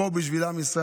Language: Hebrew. לעבוד פה בשביל עם ישראל,